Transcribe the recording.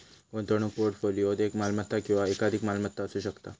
गुंतवणूक पोर्टफोलिओत एक मालमत्ता किंवा एकाधिक मालमत्ता असू शकता